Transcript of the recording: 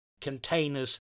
containers